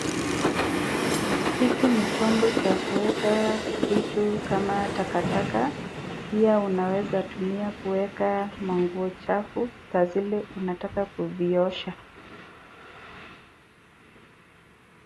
Hiki ni chombo cha kuweka vitu kama takataka , pia unaweza tumia kuweka manguo chafu, saa zile unataka kuziosha.